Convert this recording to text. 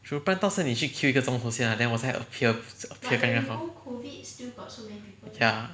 true 不然到时候你去 queue 一个钟头先 ah then 到时候我再 appear appear 刚刚好 ya